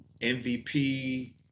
MVP